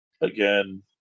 again